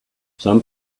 some